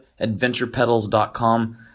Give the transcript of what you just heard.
adventurepedals.com